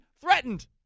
threatened